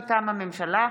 מטעם הממשלה: